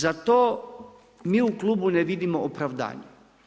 Za to mi u klubu ne vidimo opravdanje.